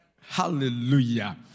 hallelujah